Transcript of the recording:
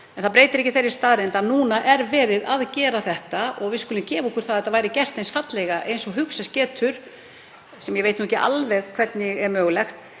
Það breytir ekki þeirri staðreynd að núna er verið að gera þetta og við skulum gefa okkur að þetta væri gert eins fallega og hugsast getur, sem ég veit ekki alveg hvernig er mögulegt,